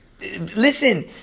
Listen